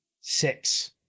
six